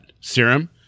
serum